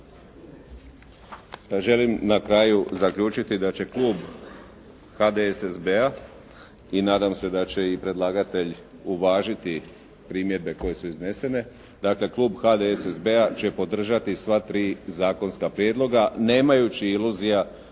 Želim na kraju zaključiti da će klub HDSSB-a i nadam se da će i predlagatelj uvažiti primjedbe koje su iznesene. Dakle, klub HDSSB-a će podržati sva tri zakonska prijedloga nemajući iluzija